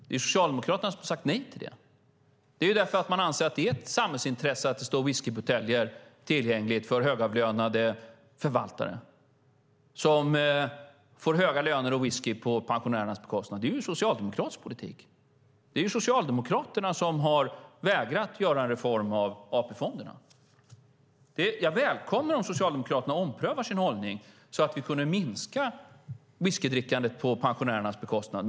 Det är Socialdemokraterna som har sagt nej till det, därför att man anser att det är ett samhällsintresse att det står whiskybuteljer tillgängliga för högavlönade förvaltare, som får höga löner och whisky på pensionärernas bekostnad. Det är socialdemokratisk politik! Det är ju Socialdemokraterna som har vägrat göra en reform av AP-fonderna. Jag välkomnar om Socialdemokraterna omprövar sin hållning, så att vi kan minska whiskydrickandet på pensionärernas bekostnad.